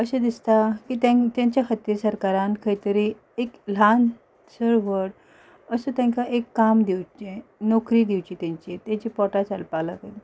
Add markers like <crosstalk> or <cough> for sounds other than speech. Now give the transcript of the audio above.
अशें दिसता की <unintelligible> तेंच्या खातीर सरकारान खंय तरी एक ल्हान <unintelligible> अशें तेंका एक काम दिवचें नोकरी दिवची <unintelligible> तेंचीं पोटां <unintelligible> लागून